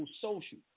social